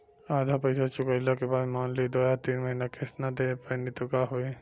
आधा पईसा चुकइला के बाद मान ली दो या तीन महिना किश्त ना दे पैनी त का होई?